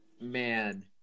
man